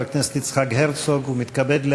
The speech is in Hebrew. בחודשים האחרונים התפתחה מחלוקת נוספת סביב הנצחת זכרו של